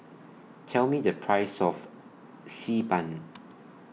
Tell Me The Price of Xi Ban